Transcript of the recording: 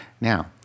Now